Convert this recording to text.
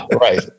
Right